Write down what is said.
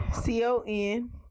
C-O-N